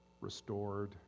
restored